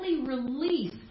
release